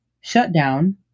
Shutdown